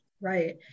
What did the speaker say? Right